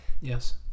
yes